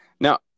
Now